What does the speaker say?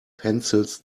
pencils